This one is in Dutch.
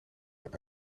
een